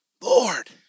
lord